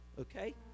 Okay